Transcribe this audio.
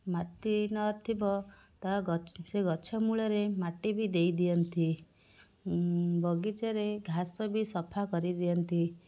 ମାଟି ନଥିବ ତା ଗଛ ସେ ଗଛମୂଳରେ ମାଟି ବି ଦେଇଦିଅନ୍ତି ବଗିଚାରେ ଘାସବି ସଫା କରିଦିଅନ୍ତି